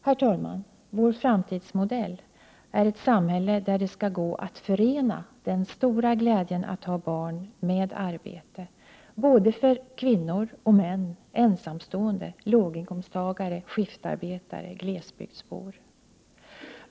Herr talman! Vår framtidsmodell är ett samhälle där det skall gå att förena den stora glädjen att ha barn med arbete. Detta skall gälla både för kvinnor och män, ensamstående, låginkomsttagare, skiftarbetare och glesbygdsbor.